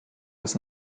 des